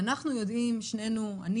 שנינו יודעים,